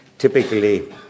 typically